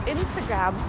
Instagram